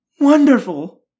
Wonderful